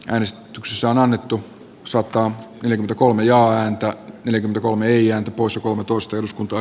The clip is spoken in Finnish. äänes tux on annettu saattaa yli kolme ja antoi yli kolme ian woos omituista jos kunta